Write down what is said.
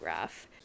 rough